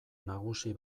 nagusi